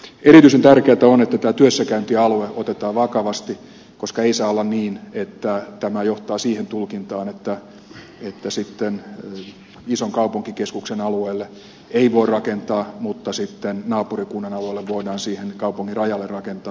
erityisen tärkeätä on että tämä työssäkäyntialue otetaan vakavasti koska ei saa olla niin että tämä johtaa siihen tulkintaan että ison kaupunkikeskuksen alueelle ei voi rakentaa mutta sitten naapurikunnan alueelle voidaan siihen kaupungin rajalle rakentaa